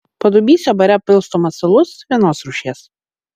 padubysio bare pilstomas alus vienos rūšies